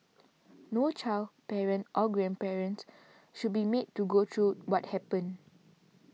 no child parent or grandparent should be made to go through what happened